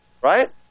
right